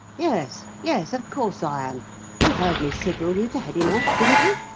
yes, yes, of course i am. you heard me signal you to head him off, didn't you?